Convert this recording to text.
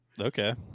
okay